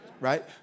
right